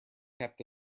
kept